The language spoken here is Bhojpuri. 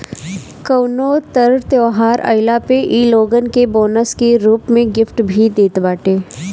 कवनो तर त्यौहार आईला पे इ लोगन के बोनस के रूप में गिफ्ट भी देत बाटे